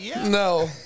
No